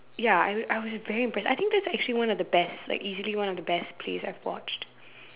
ya I and I was very impressed I think that's actually one of the best like easily one of the best plays I've watched